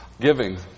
giving